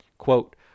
Quote